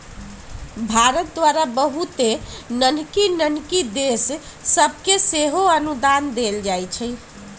भारत द्वारा बहुते नन्हकि नन्हकि देश सभके सेहो अनुदान देल जाइ छइ